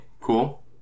cool